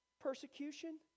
persecution